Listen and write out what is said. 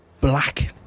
black